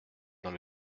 dans